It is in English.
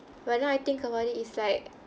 but now I think about it it's like